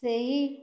ସେହି